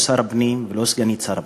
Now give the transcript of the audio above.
לא שר הפנים ולא סגנית שר הפנים.